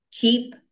keep